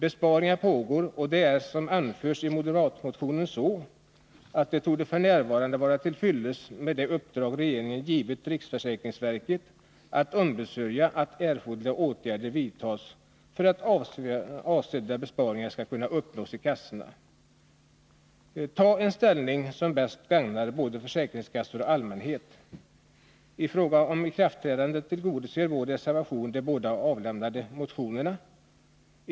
Besparingar görs, och det är så som det anförs i moderatmotionen: ”Det torde f.n. vara till fyllest med det uppdrag regeringen givit riksförsäkringsverket att ombesörja att erforderliga åtgärder vidtas för att avsedda besparingar skall kunna uppnås i kassorna.” Det gäller att ta en ställning som bäst gagnar både försäkringskassor och allmänhet. I fråga om ikraftträdandet tillgodoser vår reservation de båda avlämnade motionerna.